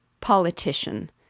politician